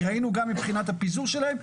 כי ראינו גם מבחינת הפיזור שלהם,